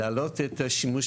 להעלות את השימוש